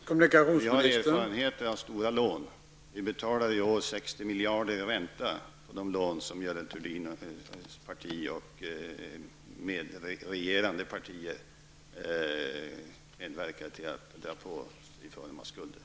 Herr talman! Vi har erfarenheter av stora lån. Vi betalar i år 60 miljarder i ränta på de lån som Görel Thurdins parti och övriga partier som ingick i den borgerliga regeringen medverkade till att dra på landet.